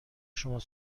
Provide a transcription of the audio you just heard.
شما